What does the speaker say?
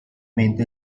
mente